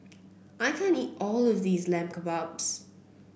I can't eat all of this Lamb Kebabs